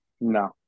No